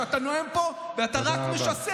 שאתה נואם פה ואתה רק משסע,